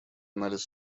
анализ